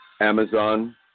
Amazon